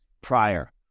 prior